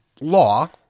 law